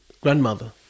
grandmother